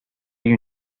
you